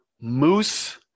Moose